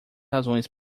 razões